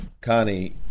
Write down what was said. Connie